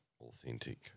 authentic